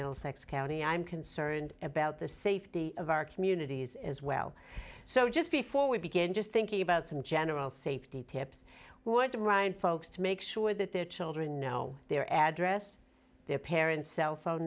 male sex county i'm concerned about the safety of our communities as well so just before we begin just thinking about some general safety tips what to run folks to make sure that their children know their address their parents cellphone